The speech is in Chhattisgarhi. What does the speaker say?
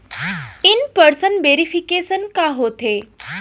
इन पर्सन वेरिफिकेशन का होथे?